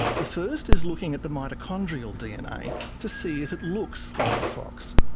the first is looking at the mitochondrial dna to see if it looks like a fox.